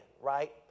right